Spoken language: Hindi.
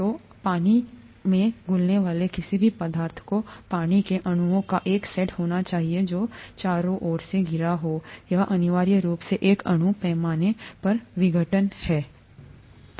तो पानी में घुलने वाले किसी भी पदार्थ को पानी के अणुओं का एक सेट होना चाहिए जो चारों ओर से घिरा हो यह यह अनिवार्य रूप से एक अणु पैमाने पर विघटन है